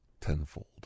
tenfold